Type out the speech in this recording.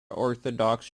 orthodox